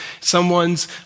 someone's